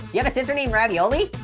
you have a sister named ravioli?